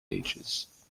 ages